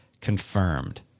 confirmed